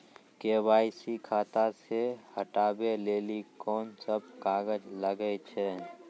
KYC खाता से हटाबै लेली कोंन सब कागज लगे छै?